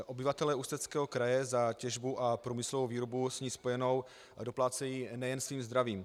Obyvatelé Ústeckého kraje za těžbu a průmyslovou výrobu s ní spojenou doplácejí nejen svým zdravím.